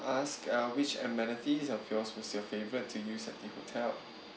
ask uh which amenities of yours was your favourite to use at the hotel